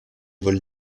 vols